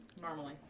Normally